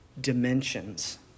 dimensions